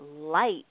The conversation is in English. light